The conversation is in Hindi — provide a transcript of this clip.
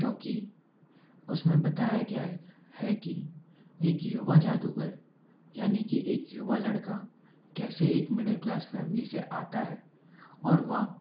क्योंकि उसमें बताया गया है कि एक युवा जादूगर यानी कि एक युवा लड़का कैसे एक मिडिल क्लास फैमिली से आता है और वो